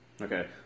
Okay